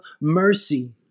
mercy